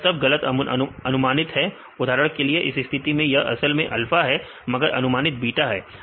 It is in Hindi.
यह सब गलत अनुमानित है उदाहरण के लिए इस स्थिति में यह असल में अल्फा है मगर यह अनुमानित बीटा है